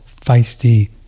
feisty